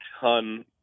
ton